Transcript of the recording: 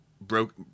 broke